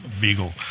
beagle